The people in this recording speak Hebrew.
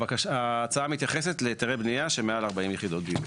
ההצעה מתייחסת להיתרי בנייה של מעל 40 יחידות דיור.